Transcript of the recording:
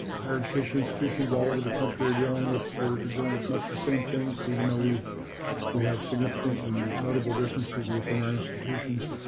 higher education institutions all over the country are dealing with. we're dealing with much the same things, even though we we have significant and notable differences within our institutions.